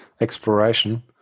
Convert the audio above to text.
exploration